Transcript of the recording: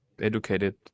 educated